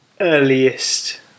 earliest